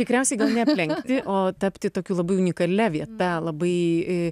tikriausiai ne aplenkti o tapti tokiu labai unikalia vieta labai